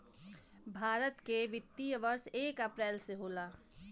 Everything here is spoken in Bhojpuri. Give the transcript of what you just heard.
भारत के वित्तीय वर्ष एक अप्रैल से होला